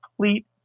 complete